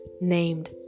named